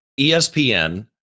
ESPN